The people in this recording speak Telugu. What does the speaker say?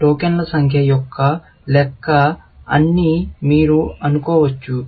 టోకెన్ల సంఖ్య యొక్క లెక్క అని మీరు అనుకోవచ్చు